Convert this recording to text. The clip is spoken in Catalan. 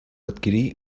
adquirí